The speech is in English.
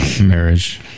marriage